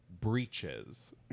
breaches